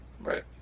Right